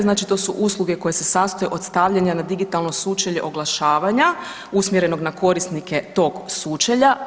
Znači, to su usluge koje se sastoje od stavljanja na digitalno sučelje oglašavanja usmjerenog na korisnike tog sučelja.